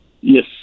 Yes